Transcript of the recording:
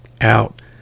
out